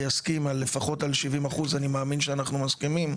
ויסכים על לפחות 70% אני מאמין שאנחנו מסכימים,